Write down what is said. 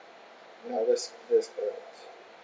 ya that's that's correct